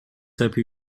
happy